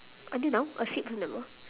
until now a sip also never